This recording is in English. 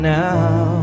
now